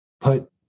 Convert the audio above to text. put